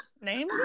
name